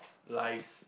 lies